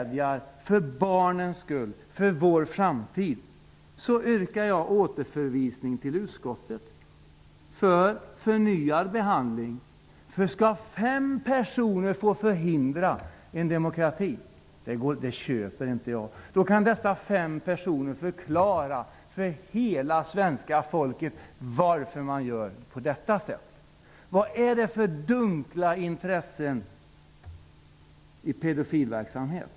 För barnens skull, för vår framtid yrkar jag på återförvisning av ärendet till utskottet för förnyad behandling. Skall fem personer få förhindra att demokrati får råda? Det köper inte jag. Då kan dessa fem personer få förklara för hela svenska folket varför man gör på detta sätt. Vad är det för dunkla intressen i pedofilverksamhet?